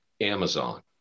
Amazon